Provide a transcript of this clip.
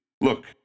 Look